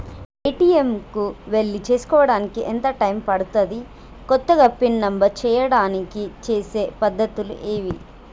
ATM కు వెళ్లి చేసుకోవడానికి ఎంత టైం పడుతది? కొత్తగా పిన్ నంబర్ చేయడానికి చేసే పద్ధతులు ఏవి?